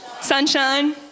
Sunshine